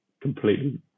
completely